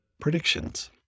Predictions